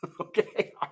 Okay